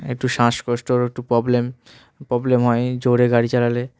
একটু শ্বাসকষ্টর একটু প্রবলেম প্রবলেম হয় জোরে গাড়ি চালালে